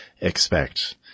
expect